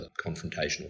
confrontational